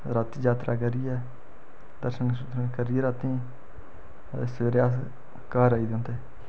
रातीं जात्तरा करियै दर्शन दुर्शन करियै रातीं ते सवेरे अस घर आई गेदे होंदे